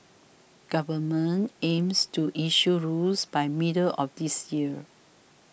government aims to issue rules by middle of this year